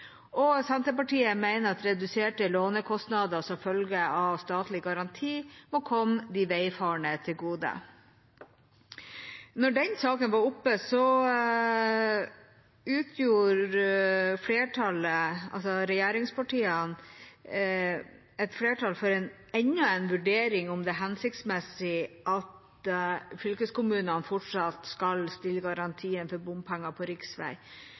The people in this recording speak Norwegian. Og Senterpartiet mener at reduserte lånekostnader som følge av statlig garanti må komme de veifarende til gode. Da den saken var oppe, utgjorde regjeringspartiene et flertall for enda en vurdering av om det er hensiktsmessig at fylkeskommunene fortsatt skal stille garanti for bompenger på